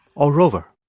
or rover?